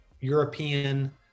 european